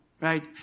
Right